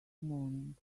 morning